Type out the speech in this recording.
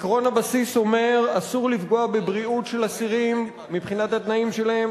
עקרון הבסיס אומר: אסור לפגוע בבריאות של אסירים מבחינת התנאים שלהם,